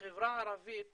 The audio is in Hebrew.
בחברה הערבית